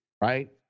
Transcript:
right